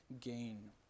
gain